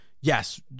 yes